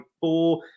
four